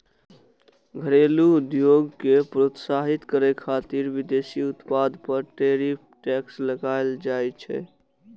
घरेलू उद्योग कें प्रोत्साहितो करै खातिर विदेशी उत्पाद पर टैरिफ टैक्स लगाएल जाइ छै